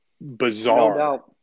Bizarre